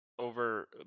over